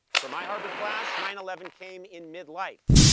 for my harvard class, nine eleven came in midlife.